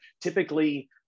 typically